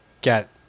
get